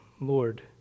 Lord